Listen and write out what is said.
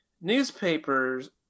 newspapers